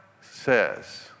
says